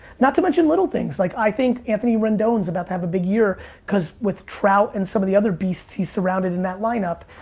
not to mention little things, like i think anthony rendon's about to have a big year cause with trout and some of the other beasts, he's surrounded in that line up.